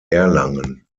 erlangen